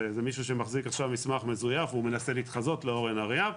זה מישהו שמחזיק מסמך מזויף ומנסה להתחזות לאורן אריאב.